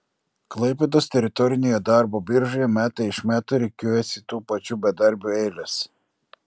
klaipėdos teritorinėje darbo biržoje metai iš metų rikiuojasi tų pačių bedarbių eilės